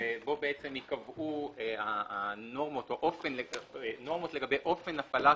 שבו ייקבעו הנורמות לגבי אופן הפעלת